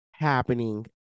Happening